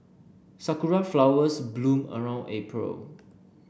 sakura flowers bloom around April